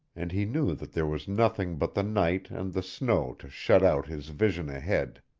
and he knew that there was nothing but the night and the snow to shut out his vision ahead.